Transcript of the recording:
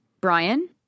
Brian